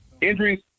injuries